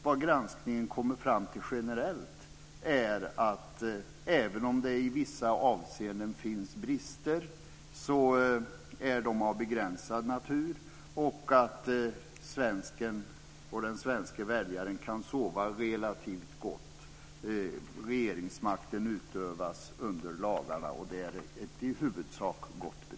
Vad granskningen kommer fram till generellt är att även om det i vissa avseenden finns brister är de av begränsad natur och att svensken och den svenske väljaren kan sova relativt gott. Regeringsmakten utövas under lagarna, och det är i huvudsak ett gott betyg.